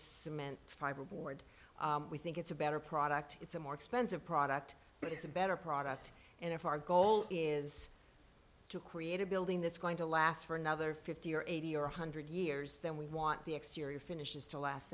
cement fiberboard we think it's a better product it's a more expensive product but it's a better product and if our goal is to create a building that's going to last for another fifty or eighty or one hundred years then we want the exterior finishes to last